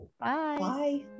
Bye